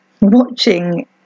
watching